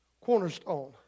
cornerstone